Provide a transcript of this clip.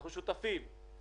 אנחנו שותפים.